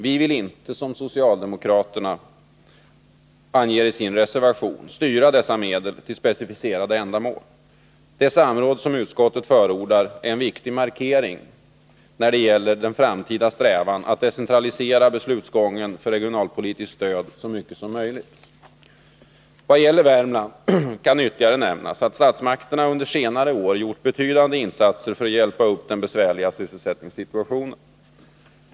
Vi vill inte, som socialdemokraterna anger i sin reservation, styra dessa medel till specificerade ändamål. Det samråd som utskottet förordar är en viktig markering när det gäller den framtida strävan att decentralisera beslutsgången för regionalpolitiskt stöd så mycket som möjligt. Vad gäller Värmland kan ytterligare nämnas att statsmakterna under senare år gjort betydande insatser för att hjälpa upp den besvärliga sysselsättningssituationen.